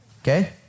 okay